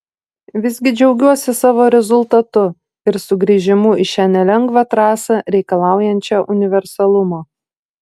visgi džiaugiuosi savo rezultatu ir sugrįžimu į šią nelengvą trasą reikalaujančią universalumo